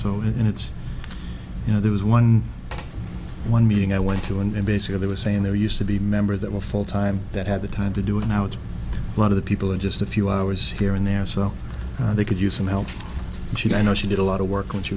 so and it's you know there was one one meeting i went to and basically they were saying there used to be members that were full time that had the time to do it now it's a lot of people in just a few hours here and there so they could use some help and she i know she did a lot of work when she